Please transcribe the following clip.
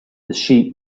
sheep